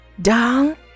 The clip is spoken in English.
Down